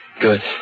Good